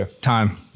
time